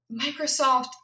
Microsoft